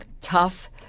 tough